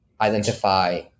identify